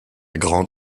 grande